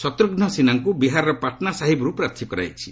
ଶତ୍ରଘୁ ସିହ୍ନାଙ୍କୁ ବିହାରର ପାଟନା ସାହିବ୍ରୁ ପ୍ରାର୍ଥୀ କରାଯାଇଛି